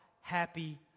happy